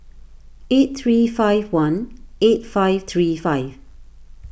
eight three five one eight five three five